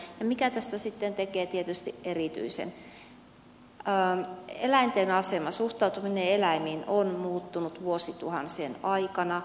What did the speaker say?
se mikä tästä sitten tekee tietysti erityisen on se että eläinten asema suhtautuminen eläimiin on muuttunut vuosituhansien aikana